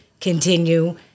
continue